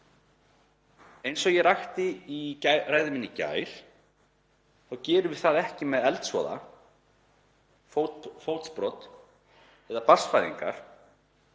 Eins og ég rakti í ræðu minni í gær þá gerum við það ekki við eldsvoða, fótbrot eða barnsfæðingar.